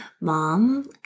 mom